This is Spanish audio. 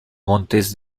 montes